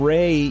Ray